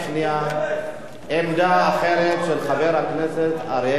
עמדה אחרת של חבר הכנסת אריה אלדד,